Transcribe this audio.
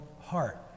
heart